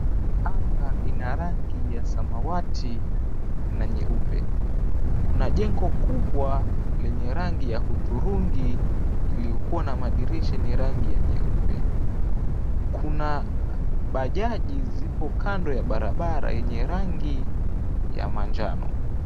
Anga ina rangi ya samawati na nyeupe, kuna jengo kubwa lenye rangi ya udhurungi, iliyokua na madirisha yenye rangi ya nyeupe. Kuna bajaji zipo kando ya barabara yenye rangi ya manjano.